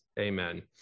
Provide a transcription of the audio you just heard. Amen